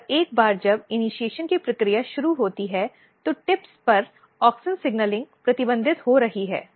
और एक बार जब इनिशीएशन की प्रक्रिया शुरू होती है तो टिप्स पर ऑक्सिन सिग्नलिंग प्रतिबंधित हो रही है